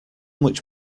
much